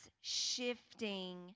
shifting